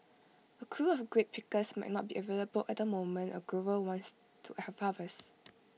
A crew of grape pickers might not be available at the moment A grower wants to have harvest